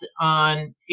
on